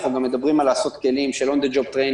אנחנו גם מדברים על לעשות כלים של on the job training